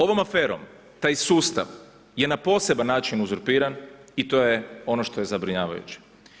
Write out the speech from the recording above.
Ovom aferom taj sustav je na poseban način uzurpiran i to je ono što je zabrinjavajuće.